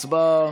הצבעה.